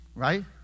Right